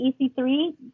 EC3